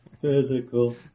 physical